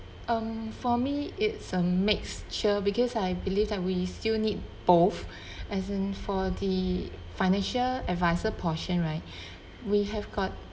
um for me it's a mixture because I believe that we still need both as in for the financial adviser portion right we have got